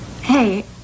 hey